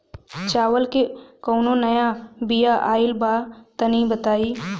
चावल के कउनो नया बिया आइल बा तनि बताइ?